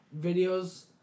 videos